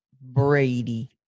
Brady